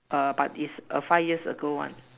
err but its a five years ago one